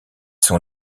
sont